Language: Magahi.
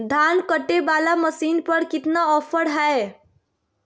धान कटे बाला मसीन पर कितना ऑफर हाय?